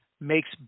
makes